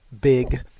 big